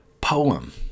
poem